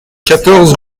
quatorze